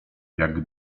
jak